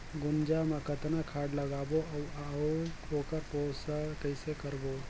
गुनजा मा कतना खाद लगाबो अउ आऊ ओकर पोषण कइसे करबो?